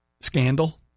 scandal